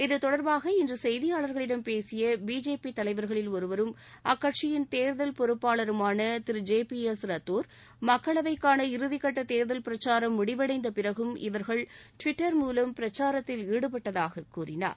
இது தொடர்பாக இன்று செய்தியாளர்களிடம் பேசிய பிஜேபியின் தலைவர்களில் ஒருவரும் அக்கட்சியிள் தேர்தல் பொறுப்பாளருமான திரு ஜே பி எஸ் ரத்தோர் மக்கவைக்காள இறுதி கட்ட தேர்தல் பிரச்சாரம் முடிவடைந்த பிறகும் இவர்கள் டிவிட்டர் மூலம் பிரச்சாரத்தில் ஈடுப்பட்டதாக கூறினார்